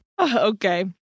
Okay